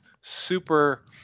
super